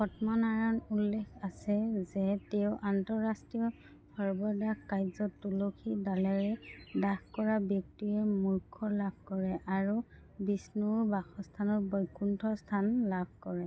পদ্মনাৰায়ণত উল্লেখ আছে যে তেওঁৰ আন্তঃৰাষ্ট্ৰীয় শৱদাহ কাৰ্যত তুলসী ডালেৰে দাহ কৰা ব্যক্তিয়ে মোক্ষ লাভ কৰে আৰু বিষ্ণুৰ বাসস্থান বৈকুণ্ঠত স্থান লাভ কৰে